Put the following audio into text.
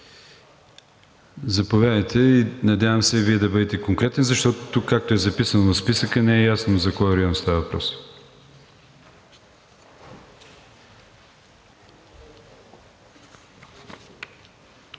Заповядайте, надявам се и Ви да бъдете конкретен, защото тук, както е записано в списъка, не е ясно за кой район става въпрос.